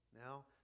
Now